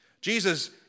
Jesus